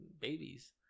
babies